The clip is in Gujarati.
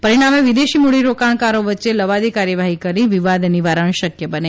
પરિણામે વિદેશી મૂડીરોકાણકારો વચ્ચે લવાદી કાર્યવાફી કરી વિવાદ નિવારણ શક્ય બને